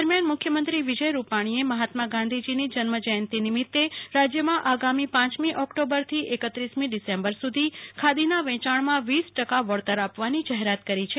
દરમિયાન મુખ્યમંત્રી શ્રી રૂપાણીએ મહાત્મા ગાંધીજીની જન્મ જયંતિ નિમિત્તે રાજ્યમાં આગામી પાંચમી ઓક્ટોબરથી એકત્રીસમી ડિસેમ્બર સુધી ખાદીના વેયાણમાં વીસ ટકા વળતર આપવાની જાહેરાત કરી છે